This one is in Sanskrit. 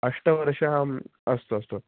अष्टवर्षाणि अस्तु अस्तु